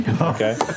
Okay